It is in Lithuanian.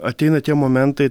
ateina tie momentai